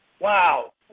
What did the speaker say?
wow